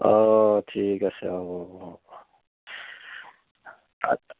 অ' ঠিক আছে হ'ব হ'ব